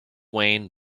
wayne